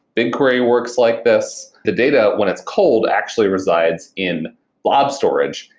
bigquery works like this. the data, when it's cold, actually resides in blob storage.